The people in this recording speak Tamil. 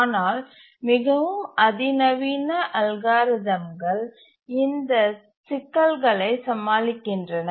ஆனால் மிகவும் அதிநவீன அல்காரிதம்கள் இந்த சிக்கல்களை சமாளிக்கின்றன